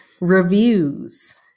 Reviews